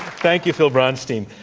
thank you, phil bronstein.